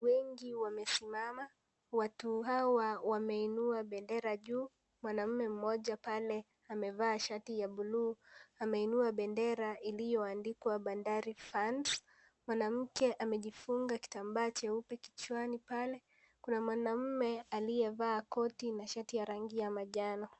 Wengi wamesimama, watu hawa wameinua bendera juu, mwanaume mmoja pale amevaa shati ya bluu , ameinua bendera iliyoandikwa Bandari Funs . Mwanamme amejifungua kitambaa cheupe kichwani pale. Kuna mwanaume aliyevaa koti na shati ya rangi ya manjano.